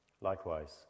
Likewise